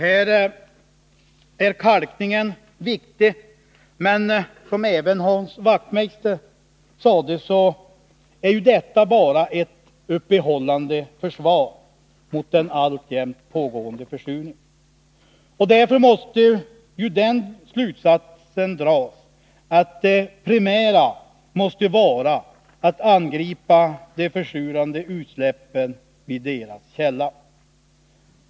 Kalkningen är därvid viktig, men som även Hans Wachtmeister sade är den bara ett uppehållande försvar mot den alltjämt pågående försurningen. Det primära måste vara att angripa de försurande utsläppen vid deras källa.